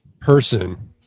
person